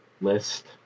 list